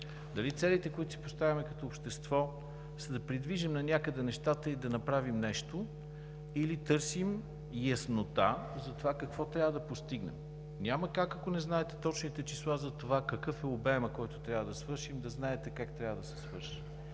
дали целите, които си поставяме като общество, са да придвижим нанякъде нещата и да направим нещо, или търсим яснота за това какво трябва да постигнем? Няма как, ако не знаете точните числа за това какъв е обемът, който трябва да свършим, да знаете как трябва да се свърши.